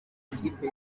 ikipe